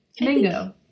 Mango